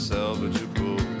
Salvageable